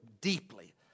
deeply